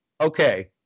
Okay